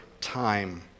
time